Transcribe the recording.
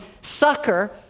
sucker